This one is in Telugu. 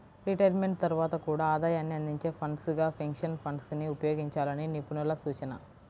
రిటైర్మెంట్ తర్వాత కూడా ఆదాయాన్ని అందించే ఫండ్స్ గా పెన్షన్ ఫండ్స్ ని ఉపయోగించాలని నిపుణుల సూచన